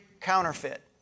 counterfeit